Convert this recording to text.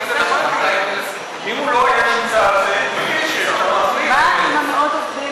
אם הוא לא היה נמצא, כך החליטה הממשלה,